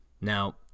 Now